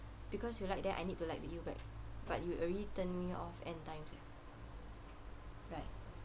because you like that I need to like be you but but you already turned me off many times eh right